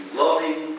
loving